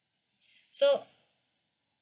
so